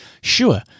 sure